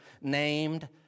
named